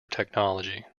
technology